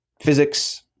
physics